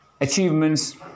achievements